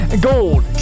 Gold